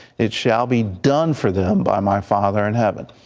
it shall be done for them by my father in heaven.